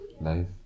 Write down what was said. life